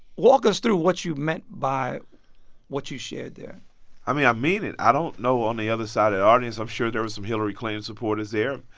walk us through what you meant by what you shared there i mean, i mean it. i don't know. on the other side of the audience, i'm sure there was some hillary clinton supporters there.